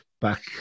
back